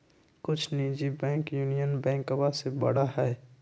कुछ निजी bank union बैंकवा से बड़ा हई